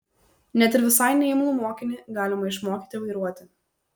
net ir visai neimlų mokinį galima išmokyti vairuoti